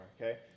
okay